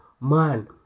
man